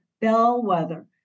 bellwether